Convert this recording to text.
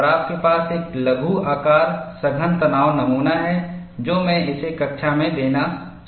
और आपके पास एक लघु आकार सघन तनाव नमूना है जो मैं इसे कक्षा में देना चाहता हूं